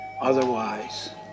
Otherwise